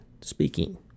speaking